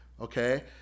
okay